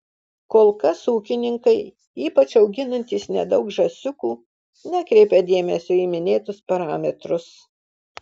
kol kas ūkininkai ypač auginantys nedaug žąsiukų nekreipia dėmesio į minėtus parametrus